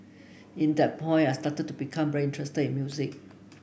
in that point I started to become very interested in music